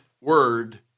word